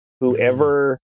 Whoever